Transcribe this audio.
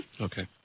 Okay